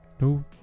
no